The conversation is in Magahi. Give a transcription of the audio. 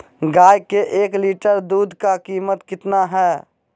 गाय के एक लीटर दूध का कीमत कितना है?